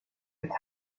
its